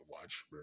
watch